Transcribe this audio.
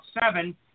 seven